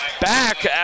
back